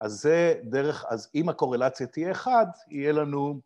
אז זה דרך, אז אם הקורלציה תהיה אחת, יהיה לנו...